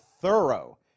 thorough